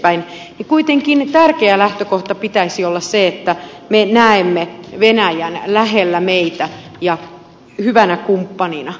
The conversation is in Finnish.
niin kuitenkin tärkeän lähtökohdan pitäisi olla se että me näemme venäjän lähellä meitä ja hyvänä kumppanina